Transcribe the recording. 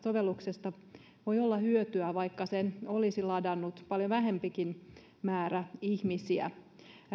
sovelluksesta voi olla hyötyä vaikka sen olisi ladannut paljon vähempikin määrä ihmisiä